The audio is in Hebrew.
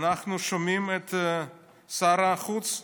אנחנו שומעים את שר החוץ שלנו,